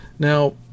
Now